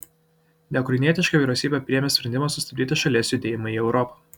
neukrainietiška vyriausybė priėmė sprendimą sustabdyti šalies judėjimą į europą